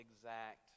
exact